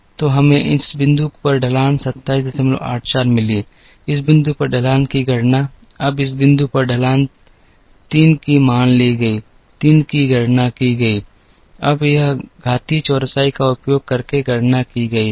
तो हमें इस बिंदु पर ढलान 2784 मिली इस बिंदु पर ढलान की गणना अब इस बिंदु पर ढलान 3 की मान ली गई 3 की गणना की गई यहाँ अब घातीय चौरसाई का उपयोग करके गणना की गई है